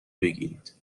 بگیرید